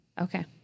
Okay